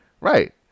Right